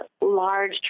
large